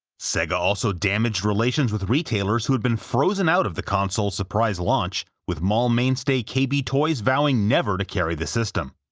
sega also damaged relations with retailers who had been frozen out of the console's surprise launch, with mall mainstay kay-bee toys vowing never to carry the system.